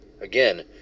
again